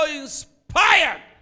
inspired